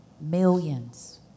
Millions